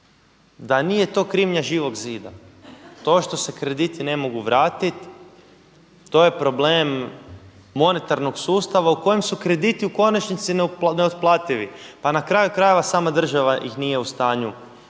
da nije to krivnja Živog zida to što se krediti ne mogu vratiti, to je problem monetarnog sustava u kojem su krediti u konačnici neotplativi. Pa na kraju krajeva sama država ih nije u stanju vratiti.